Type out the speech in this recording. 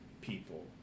people